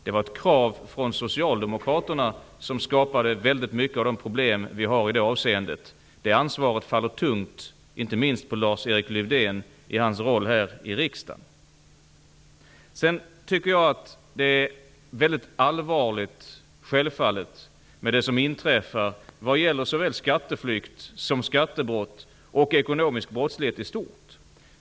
Det var ett krav från Socialdemokraterna som skapade väldigt många av de problem vi har i dag. Det ansvaret faller tungt inte minst på Lars Erik Lövdén, och hans roll här i riksdagen. Jag tycker självfallet att det är mycket allvarligt med det som inträffar vad gäller såväl skattteflykt som skattebrott och ekonomisk brottslighet i stort.